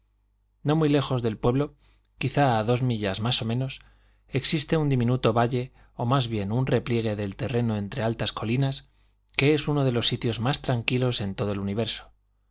no muy lejos del pueblo quizá a dos millas más o menos existe un diminuto valle o más bien un repliegue del terreno entre altas colinas que es uno de los sitios más tranquilos en todo el universo